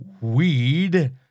weed